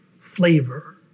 flavor